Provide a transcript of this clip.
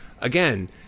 again